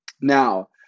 Now